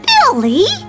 Billy